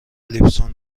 لیسبون